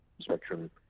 spectrum